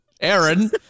Aaron